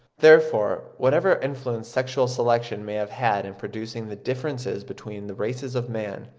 therefore, whatever influence sexual selection may have had in producing the differences between the races of man,